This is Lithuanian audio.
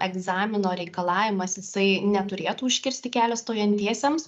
egzamino reikalavimas jisai neturėtų užkirsti kelio stojantiesiems